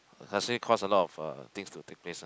actually cost a lot of uh things to take place ah